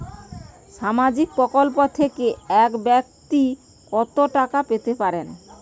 সামাজিক প্রকল্প থেকে এক ব্যাক্তি কত টাকা পেতে পারেন?